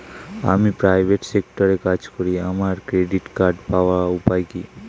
আমি প্রাইভেট সেক্টরে কাজ করি আমার ক্রেডিট কার্ড পাওয়ার উপায় কি?